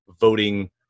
voting